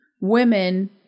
women